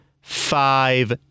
five